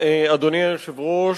אדוני היושב-ראש,